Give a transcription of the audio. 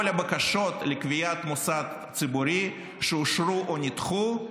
הבקשות לקביעת מוסד ציבורי שאושרו או נדחו,